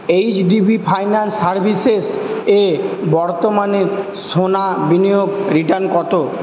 HDB finance services এ বর্তমানে সোনা বিনিয়োগ রিটার্ন কত